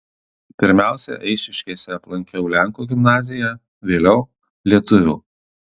pirmiausia eišiškėse aplankiau lenkų gimnaziją vėliau lietuvių